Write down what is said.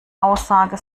aussage